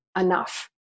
enough